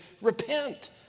repent